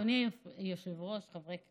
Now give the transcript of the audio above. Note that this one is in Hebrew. אדוני היושב-ראש, חברי הכנסת,